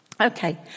Okay